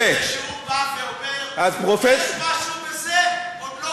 כשהוא בא ואומר, יש משהו בזה, עוד לא